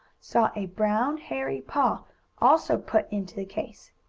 saw a brown, hairy paw also put into the case.